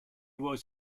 was